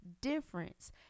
difference